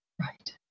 right